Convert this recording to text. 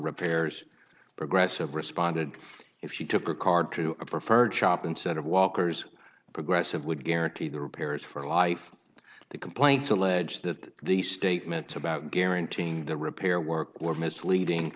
repairs progressive responded if she took her card to a preferred shop instead of walker's progressive would guarantee the repairs for life the complaints allege that the statement about guaranteeing the repair work were misleading